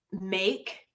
make